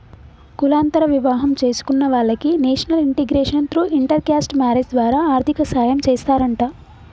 కులాంతర వివాహం చేసుకున్న వాలకి national integration through inter caste marriage ద్వారా ఆర్థిక సాయం చేస్తారంట